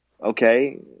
okay